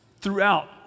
throughout